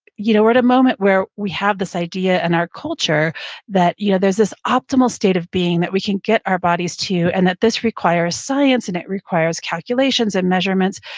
you know we're at a moment where we have this idea in our culture that you know there's this optimal state of being that we can get our bodies to and that this requires science and it requires calculation and measurements,